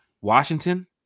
Washington